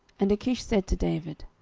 and achish said to david,